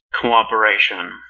cooperation